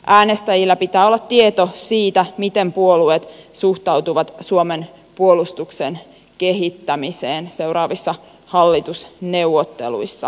äänestäjillä pitää olla tieto siitä miten puolueet suhtautuvat suomen puolustuksen kehittämiseen seuraavissa hallitusneuvotteluissa